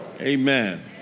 Amen